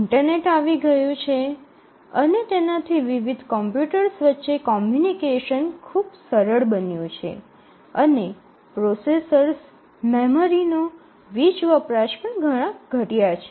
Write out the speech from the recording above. internet આવી ગયું છે અને તેનાથી વિવિધ કોમ્પ્યુટર્સ વચ્ચે કોમ્યુનિકેશન ખુબ સરળ બન્યું છે અને પ્રોસેસર્સ અને મેમરીનો વીજ વપરાશ પણ ઘણા ઘટયા છે